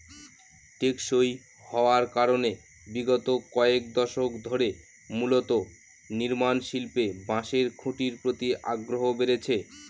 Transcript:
টেকসই হওয়ার কারনে বিগত কয়েক দশক ধরে মূলত নির্মাণশিল্পে বাঁশের খুঁটির প্রতি আগ্রহ বেড়েছে